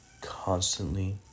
Constantly